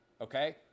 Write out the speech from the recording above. okay